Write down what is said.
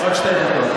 עוד שתי דקות.